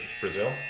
Brazil